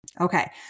Okay